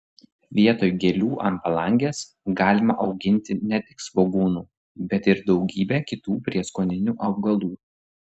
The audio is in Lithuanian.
vietoj gėlių ant palangės galima auginti ne tik svogūnų bet ir daugybę kitų prieskoninių augalų